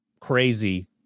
crazy